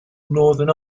northern